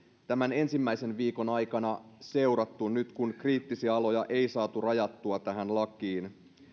tämän ensimmäisen viikon aikana seurattu nyt kun kriittisiä aloja ei saatu rajattua tähän lakiin